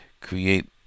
create